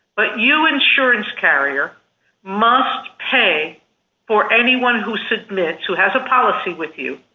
but you insurance carrier must pay for anyone who submits who has a policy with you.